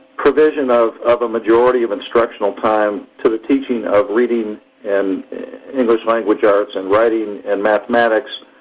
provision of of a majority of instructional time to the teaching of reading and english language arts and writing and mathematics,